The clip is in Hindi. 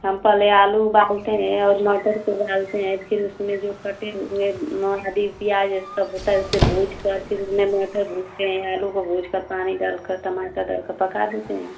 हम पहले आलू उबालते हैं और मटर को डालते हैं फिर उसमें जो कटे हुए आदि प्याज़ सब होता है उसे भूँजकर फिर उसमें मटर भूँजते हैं आलू को भूँजकर पानी डालकर टमाटर डालकर पका देते हैं